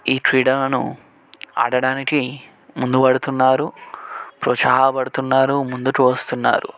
ఈ క్రీడలను ఆడటానికి ముందు పడుతున్నారు ప్రోత్సాహ పడుతున్నారు ముందుకు వస్తున్నారు